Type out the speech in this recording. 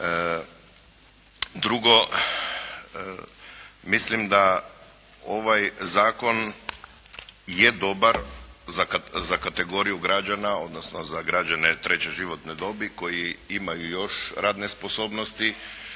Drugo, mislim da ovaj zakon je dobar za kategoriju građana, odnosno za građane treće životne dobi koji imaju još radne sposobnosti,